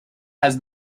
has